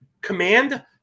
command